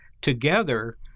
together